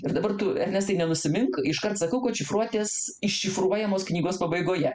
ir dabar tu ernestai nenusimink iškart sakau kad šifruotės iššifruojamos knygos pabaigoje